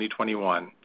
2021